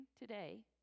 today